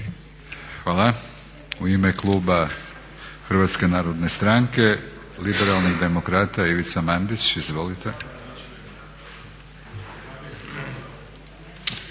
Hvala. U ime kluba Hrvatske narodne stranke Liberalnih demokrata Ivica Mandić. Izvolite.